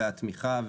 והתמיכה,